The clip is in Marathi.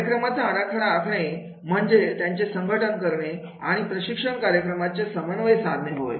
कार्यक्रमाचा आराखडा आखणे म्हणजेच त्याचे संघटन करणे आणि प्रशिक्षण कार्यक्रमाचे समन्वय साधणे होय